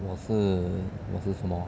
我是我是什么